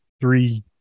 three